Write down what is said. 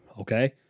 okay